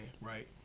right